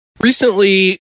Recently